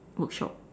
workshop